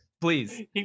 Please